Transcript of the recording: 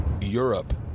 Europe